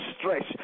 stretch